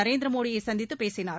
நரேந்திர மோடியை சந்தித்துப் பேசினார்